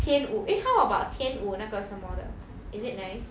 天舞 eh how about 天舞那个什么的 is it nice